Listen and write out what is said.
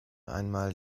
einmal